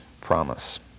promise